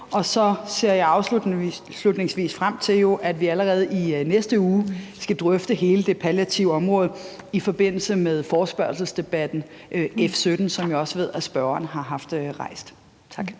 eget hjem? Afslutningsvis ser jeg frem til, at vi allerede i næste uge skal drøfte hele det palliative område i forbindelse med forespørgselsdebatten om F 17, som jeg ved at spørgeren har stillet. Tak.